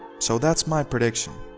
so that's my prediction.